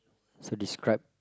so describe